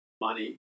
money